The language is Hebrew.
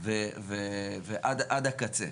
ועד הקצה.